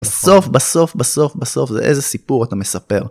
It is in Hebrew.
בסוף, בסוף, בסוף, בסוף זה איזה סיפור אתה מספר